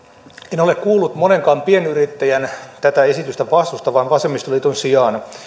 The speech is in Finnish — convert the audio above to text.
en ole kuullut monenkaan pienyrittäjän tätä esitystä vastustavan vasemmistoliiton sijaan